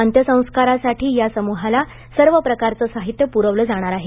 अंत्यसंस्कारासाठी या ग्रपला सर्वप्रकारचे साहित्य पुरवले जाणार आहे